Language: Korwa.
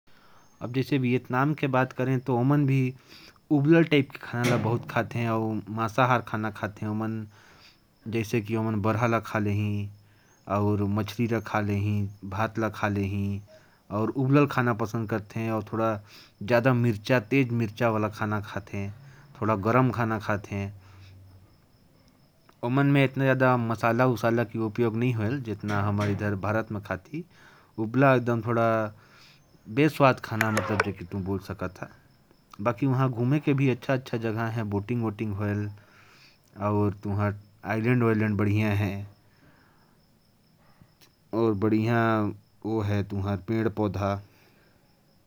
वियतनाम में उबला हुआ खाना ज्यादा खाना पसंद करते हैं और मांस वाला खाना भी पसंद करते हैं। वहां के लोग बकरा का मांस खाना पसंद करते हैं। और घूमने के लिए बढ़िया जगह है, वहां पेड़-पौधे भी बहुत हैं। बोटिंग भी यहां बहुत मशहूर है।